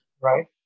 Right